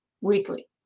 weekly